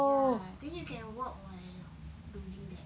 ya then you can walk while holding that